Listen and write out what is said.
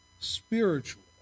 Spiritual